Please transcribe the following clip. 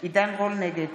נגד